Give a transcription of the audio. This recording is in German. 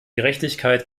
gerechtigkeit